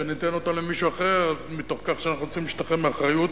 וניתן אותן למישהו אחר מתוך כך שאנחנו צריכים להשתחרר מאחריות.